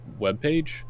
webpage